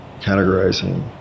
categorizing